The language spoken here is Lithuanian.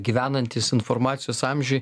gyvenantys informacijos amžiuj